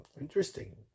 Interesting